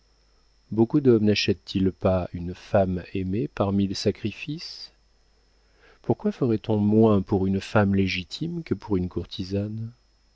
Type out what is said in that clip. beaucoup d'hommes nachètent ils pas une femme aimée par mille sacrifices pourquoi ferait-on moins pour une femme légitime que pour une courtisane